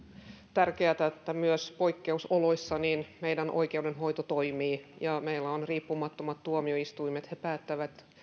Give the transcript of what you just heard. tärkeätä että myös poikkeusoloissa meidän oikeudenhoito toimii ja meillä on riippumattomat tuomioistuimet he päättävät